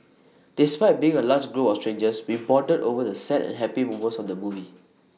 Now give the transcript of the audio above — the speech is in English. despite being A large group of strangers we bonded over the sad and happy moments of the movie